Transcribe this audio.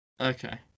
Okay